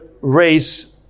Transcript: race